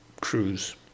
cruise